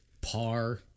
par